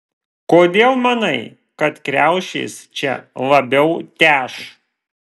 kodėl manai kad kriaušės čia labiau teš